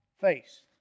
face